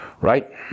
Right